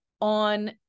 on